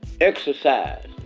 exercise